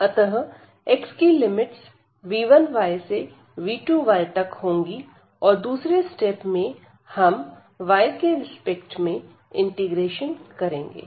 अतः xकी limits v1 से v2 तक होंगी और दूसरे स्टेप में हम yके रिस्पेक्ट में इंटीग्रेशन करेंगे